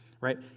right